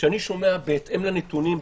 כשאני שומע: בהתאם לנתונים,